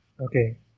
Okay